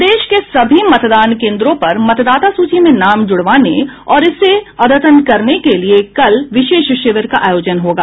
प्रदेश के सभी मतदान केन्द्रों पर मतदाता सूची में नाम जुड़वाने और इसे अद्यतन करने के लिए कल विशेष शिविर का आयोजन होगा